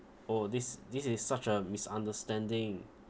oh this this is such a misunderstanding